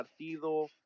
partido